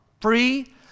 Free